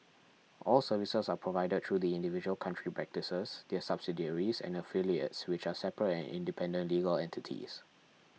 all services are provided through the individual country practices their subsidiaries and affiliates which are separate and independent legal entities